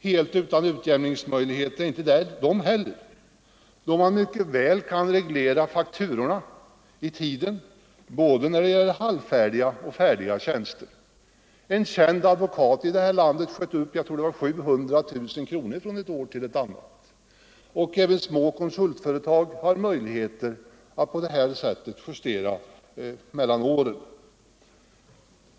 Helt utan utjämningsmöjligheter är inte de heller. Fakturorna kan mycket väl regleras i tiden, såväl när det gäller halvfärdiga som färdiga produkter. En känd advokat sköt upp ett avsevärt belopp — jag tror att det var 700 000 kronor — från ett år till ett annat. Även små konsultföretag har möjligheter att på det sättet göra justeringar mellan åren.